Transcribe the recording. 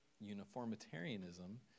Uniformitarianism